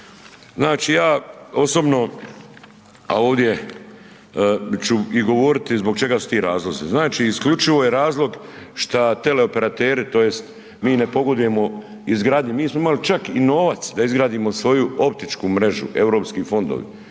Znači ja osobno, a ovdje ću i govoriti zbog čega su ti razlozi. Znači isključivo je razlog šta teleoperateri to jest mi ne pogodujemo izgradnji, mi smo imali čak i novac da izgradimo svoju optičku mrežu, europski fondovi,